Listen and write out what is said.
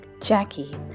Jackie